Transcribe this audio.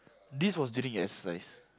this was during exercise